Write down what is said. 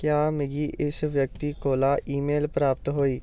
क्या मिगी इस व्यक्ति कोला ईमेल प्राप्त होई